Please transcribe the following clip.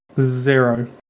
Zero